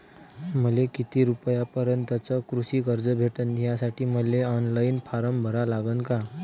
मले किती रूपयापर्यंतचं कृषी कर्ज भेटन, त्यासाठी मले ऑनलाईन फारम भरा लागन का?